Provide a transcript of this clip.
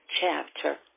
chapter